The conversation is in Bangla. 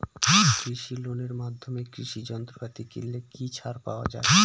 কৃষি লোনের মাধ্যমে কৃষি যন্ত্রপাতি কিনলে কি ছাড় পাওয়া যায়?